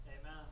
Amen